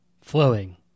flowing